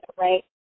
right